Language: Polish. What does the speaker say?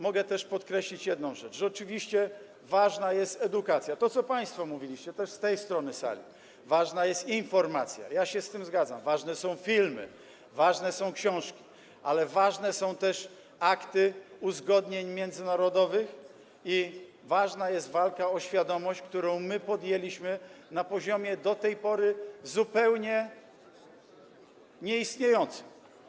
Mogę też podkreślić jedną rzecz: oczywiście ważna jest edukacja - to, co państwo mówiliście, też z tej strony sali - ważna jest informacja, ja się z tym zgadzam, ważne są filmy, ważne są książki, ale ważne są też akty uzgodnień międzynarodowych i ważna jest walka o świadomość, którą my podjęliśmy na poziomie do tej pory zupełnie nieistniejącym.